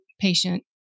patient